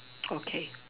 okay